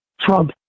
Trump